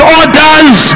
orders